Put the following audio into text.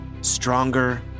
stronger